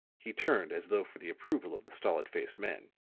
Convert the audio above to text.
he turned as though for the approval of the stolid-faced man.